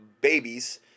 babies